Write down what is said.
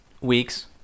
weeks